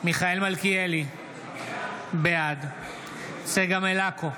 מיכאל מלכיאלי, בעד צגה מלקו,